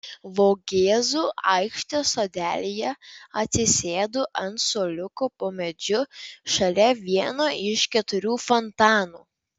vogėzų aikštės sodelyje atsisėdu ant suoliuko po medžiu šalia vieno iš keturių fontanų